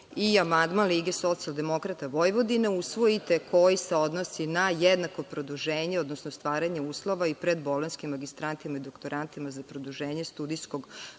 i amandman Lige socijaldemokrata Vojvodine usvojite, koji se odnosi na jednako produženje, odnosno stvaranje uslova i predbolonjskim magistrantima i doktorantima za produženje studijskog